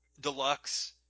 deluxe